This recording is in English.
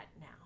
now